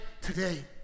today